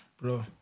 Bro